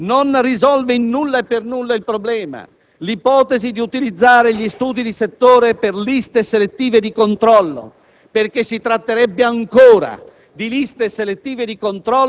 Ma nondimeno non risolve in nulla e per nulla il problema l'ipotesi di utilizzare gli studi di settore per liste selettive di controllo, perché si tratterebbe ancora